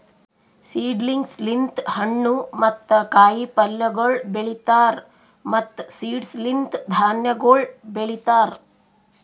seedlings ಲಿಂತ್ ಹಣ್ಣು ಮತ್ತ ಕಾಯಿ ಪಲ್ಯಗೊಳ್ ಬೆಳೀತಾರ್ ಮತ್ತ್ ಸೀಡ್ಸ್ ಲಿಂತ್ ಧಾನ್ಯಗೊಳ್ ಬೆಳಿತಾರ್